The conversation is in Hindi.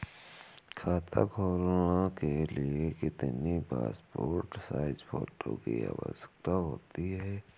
खाता खोलना के लिए कितनी पासपोर्ट साइज फोटो की आवश्यकता होती है?